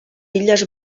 illes